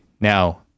now